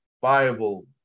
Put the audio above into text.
viable